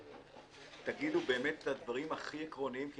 תגידו את הדברים הכי עקרוניים כי